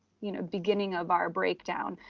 you know, beginning of our breakdown.